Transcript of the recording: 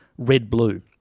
red-blue